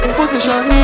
position